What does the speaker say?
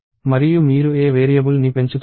మరియు మీరు ఏ వేరియబుల్ని పెంచుతున్నారు